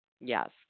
Yes